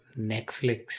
Netflix